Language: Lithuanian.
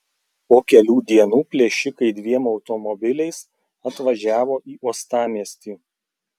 po kelių dienų plėšikai dviem automobiliais atvažiavo į uostamiestį